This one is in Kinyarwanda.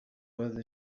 bazize